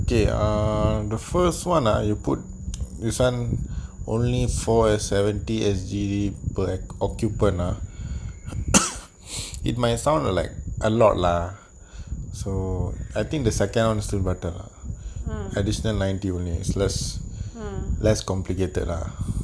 mm mm